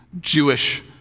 Jewish